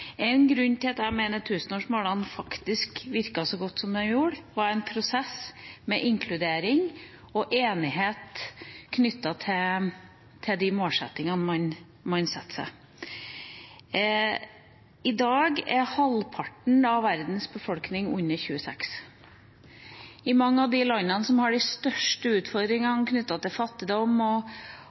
En grunn til at jeg mener at tusenårsmålene faktisk virket så godt som de gjorde, var en prosess med inkludering og enighet knyttet til de målsettingene man satte seg. I dag er halvparten av verdens befolkning under 26 år. I mange av de landene som har de største utfordringene, bl.a. knyttet til fattigdom,